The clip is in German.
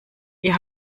ihr